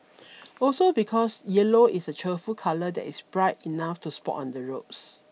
also because yellow is a cheerful colour that is bright enough to spot on the roads